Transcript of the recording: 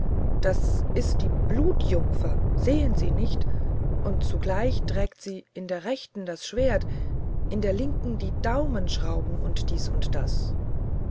das ist die blutjungfer sehen sie nicht und zugleich trägt sie in der rechten das schwert in der linken die daumschrauben und dies und das